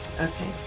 Okay